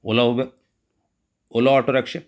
ola Uber ola auto rickshaw